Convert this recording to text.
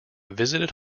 visited